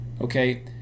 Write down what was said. Okay